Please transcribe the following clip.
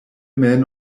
man